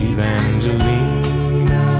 Evangelina